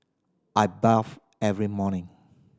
I bathe every morning